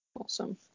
Awesome